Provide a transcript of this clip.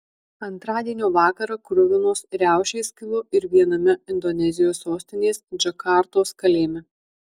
antradienio vakarą kruvinos riaušės kilo ir viename indonezijos sostinės džakartos kalėjime